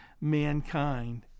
mankind